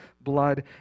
blood